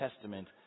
Testament